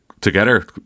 together